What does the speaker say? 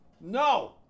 No